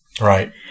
Right